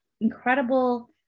incredible